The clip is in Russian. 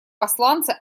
посланцы